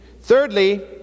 Thirdly